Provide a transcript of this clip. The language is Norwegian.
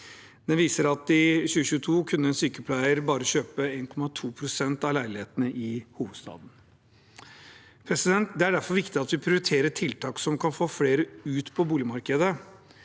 Den viser at i 2022 kunne en sykepleier kjøpe bare 1,2 pst. av leilighetene i hovedstaden. Det er derfor viktig at vi prioriterer tiltak som kan få flere inn på boligmarkedet.